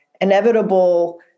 inevitable